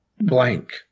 blank